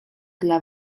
dla